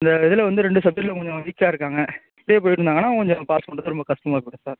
இந்த இதில் வந்து ரெண்டு சப்ஜெக்ட்டில் கொஞ்சம் அவன் வீக்காக இருக்காங்க இப்படியே போயிட்டுருந்தாங்கன்னா கொஞ்சம் பாஸ் பண்ணுறது கொஞ்சம் கஷ்டமாக போய்டும் சார்